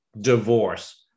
divorce